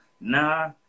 Nah